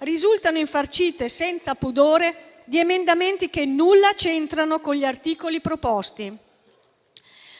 risultano infarcite senza pudore di emendamenti che nulla c'entrano con gli articoli proposti.